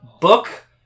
Book